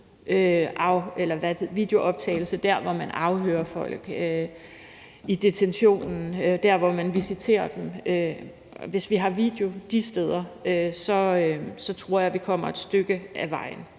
videooptagelse der, hvor man afhører folk, i detentionen, og der, hvor man visiterer dem. Hvis vi har video de steder, tror jeg, vi kommer et stykke ad vejen.